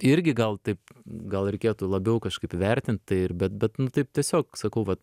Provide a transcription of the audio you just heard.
irgi gal taip gal reikėtų labiau kažkaip vertint tai ir bet bet nu taip tiesiog sakau va